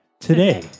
today